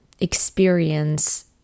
experience